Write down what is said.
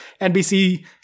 NBC